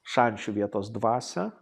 šančių vietos dvasią